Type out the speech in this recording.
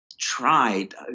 tried